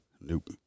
Nope